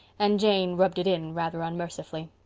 and jane rubbed it in rather unmercifully.